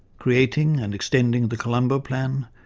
creating and extending the colombo plan,